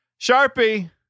Sharpie